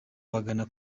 bagana